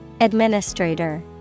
Administrator